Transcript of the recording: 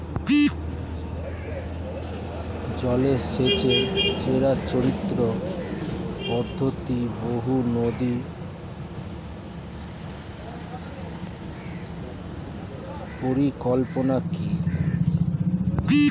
জল সেচের চিরাচরিত পদ্ধতি বহু নদী পরিকল্পনা কি?